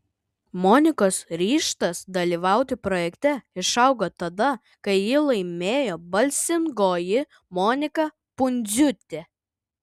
monikos ryžtas dalyvauti projekte išaugo tada kai jį laimėjo balsingoji monika pundziūtė